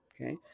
okay